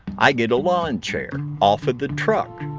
i get a lawn chair off of the truck.